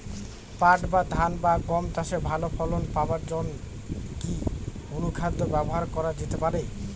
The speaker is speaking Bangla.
পাট বা ধান বা গম চাষে ভালো ফলন পাবার জন কি অনুখাদ্য ব্যবহার করা যেতে পারে?